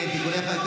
תודה רבה.